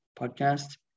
podcast